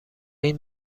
این